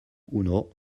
uno